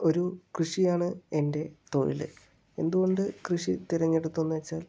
ഒരു കൃഷിയാണ് എൻ്റെ തൊഴില് എന്തുകൊണ്ട് കൃഷി തിരഞ്ഞെടുത്തു എന്ന് വെച്ചാൽ